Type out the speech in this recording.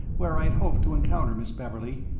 where i had hoped to encounter miss beverley,